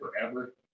forever